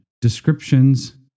descriptions